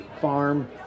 farm